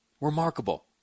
Remarkable